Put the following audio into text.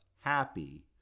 happy